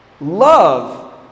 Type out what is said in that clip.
love